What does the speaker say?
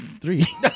Three